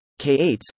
K8s